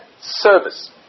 service